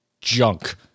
junk